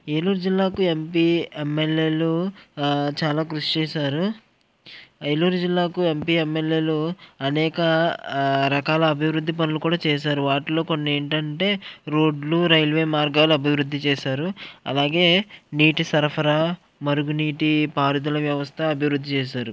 ఏలూరు జిల్లాకు ఎంపీ ఎమ్ఎల్ఏలు చాలా కృషి చేశారు ఏలూరు జిల్లాకు ఎంపీ ఎమ్ఎల్ఏలు అనేక రకాల అభివృద్ధి పనులు కూడా చేశారు వాటిలో కొన్ని ఏంటంటే రోడ్లు రైల్వే మార్గాలు అభివృద్ధి చేశారు అలాగే నీటి సరఫరా మురుగునీటి పారుదల వ్యవస్థ అభివృద్ధి చేశారు